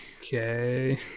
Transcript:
Okay